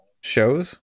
shows